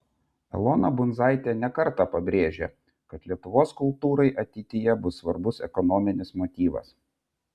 elona bundzaitė ne kartą pabrėžė kad lietuvos kultūrai ateityje bus svarbus ekonominis motyvas